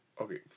okay